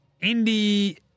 Indy